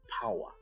power